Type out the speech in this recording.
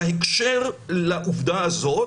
בהקשר לעובדה הזאת,